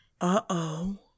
Uh-oh